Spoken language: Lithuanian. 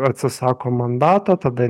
atsisako mandato tada